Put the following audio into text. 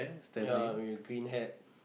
ya we clean hand